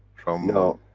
from. no,